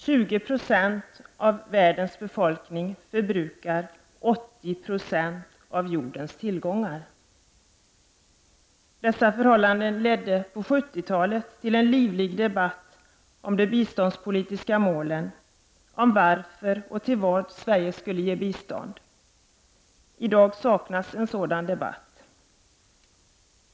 20 260 av världens befolkning förbrukar 80 96 av jordens tillgångar. Detta förhållande ledde på 70-talet till en livlig debatt om de biståndspolitiska målen, om varför och till vad Sverige skulle ge bistånd. I dag saknas en sådan debatt.